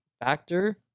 factor